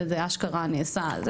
זה אשכרה נעשה.